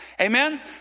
Amen